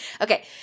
Okay